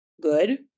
good